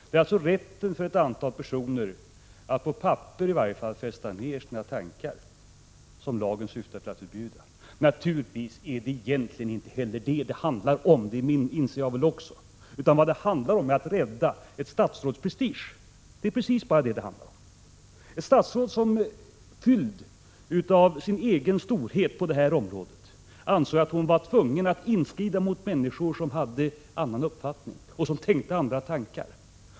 Det är alltså rätten för ett antal personer att i varje fall på papper fästa sina tankar som lagen syftar till att förbjuda. Naturligtvis är det egentligen inte heller det som det hela handlar om — det inser väl också jag. Vad det handlar om är i stället att rädda ett statsråds prestige. Det är precis bara det som det handlar om. Ett statsråd, fylld av sin egen storhet på detta område, ansåg att hon var tvungen att inskrida mot människor som hade annan uppfattning och som tänkte andra tankar.